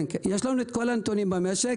כן, יש לנו כל הנתונים במשק.